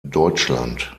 deutschland